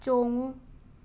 ꯆꯣꯡꯉꯨ